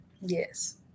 Yes